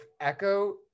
Echo